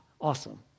awesome